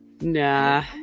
Nah